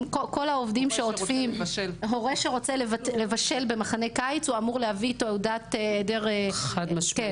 גם הורים שבאים לבשל במחנה קיץ אמור להביא תעודה היעדר עבר פלילי.